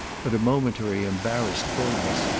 but a momentary embarrassed fulness,